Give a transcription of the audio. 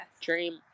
Dream